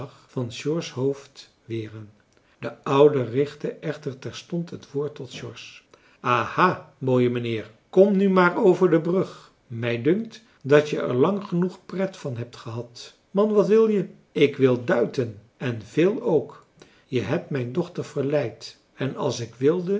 van george's hoofd weren de oude richtte echter terstond het woord tot george aha mooie meneer kom nu maar over de brug mij dunkt dat je er lang genoeg pret van hebt gehad man wat wil je marcellus emants een drietal novellen ik wil duiten en veel ook je hebt mijn dochter verleid en als ik wilde